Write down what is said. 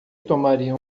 tomaria